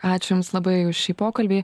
ačiū jums labai už šį pokalbį